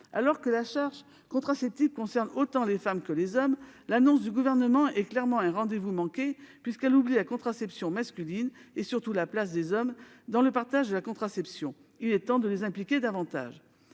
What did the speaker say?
Alors que la charge contraceptive concerne autant les femmes que les hommes, l'annonce du Gouvernement apparaît comme un rendez-vous manqué, puisqu'elle oublie la contraception masculine et, surtout, la place des hommes dans le partage de la contraception. Il est temps de les impliquer davantage